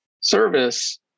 service